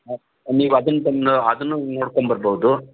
ನೀವದನ್ನು ಬಂದು ಅದನ್ನೂ ನೋಡ್ಕೊಂಬರ್ಬೌದು